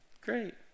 Great